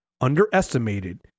underestimated